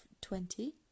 twenty